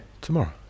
tomorrow